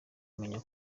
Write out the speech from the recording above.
kumenya